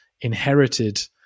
inherited